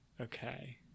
Okay